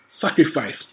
sacrifice